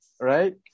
right